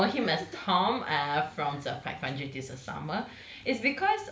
people will know him as tom err from the five hundred days of summer